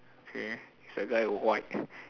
okay is that guy white